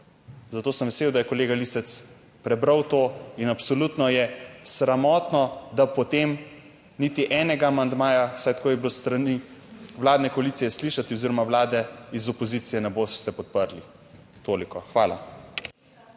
Zato sem vesel, da je kolega Lisec prebral to in absolutno je sramotno, da potem niti enega amandmaja, vsaj tako je bilo s strani vladne koalicije slišati oziroma Vlade iz opozicije ne boste podprli. Toliko. Hvala.